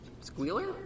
Squealer